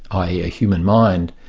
i. e. a human mind,